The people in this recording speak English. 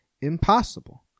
Impossible